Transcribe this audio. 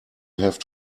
have